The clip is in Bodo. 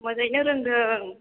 मोजाङैनो रोंदों